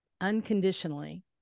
unconditionally